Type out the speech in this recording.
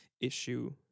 issue